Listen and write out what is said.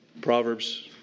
Proverbs